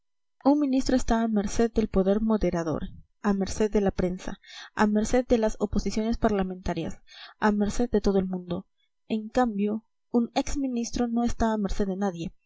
un ministro está a merced del poder moderador a merced de la prensa a merced de las oposiciones parlamentarias a merced de todo el mundo en cambió un ex ministro no está a merced de nadie